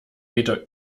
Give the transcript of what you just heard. meter